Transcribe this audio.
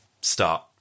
start